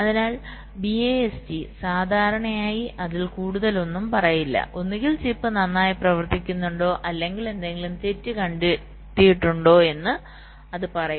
അതിനാൽ BIST സാധാരണയായി അതിൽ കൂടുതലൊന്നും പറയില്ല ഒന്നുകിൽ ചിപ്പ് നന്നായി പ്രവർത്തിക്കുന്നുണ്ടോ അല്ലെങ്കിൽ എന്തെങ്കിലും തെറ്റ് കണ്ടെത്തിയിട്ടുണ്ടെന്ന് അത് പറയും